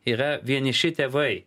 yra vieniši tėvai